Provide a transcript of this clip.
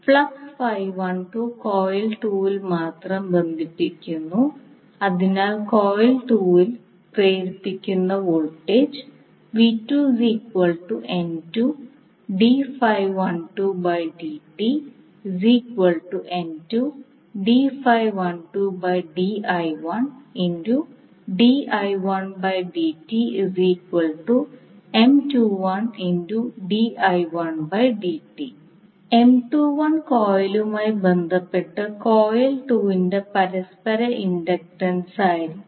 flux coil 2 ൽ മാത്രം ബന്ധിപ്പിക്കുന്നു അതിനാൽ കോയിൽ 2 ൽ പ്രേരിപ്പിക്കുന്ന വോൾട്ടേജ് കോയിലുമായി ബന്ധപ്പെട്ട് കോയിൽ 2 ന്റെ പരസ്പര ഇൻഡക്റ്റൻസായിരിക്കും